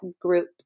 group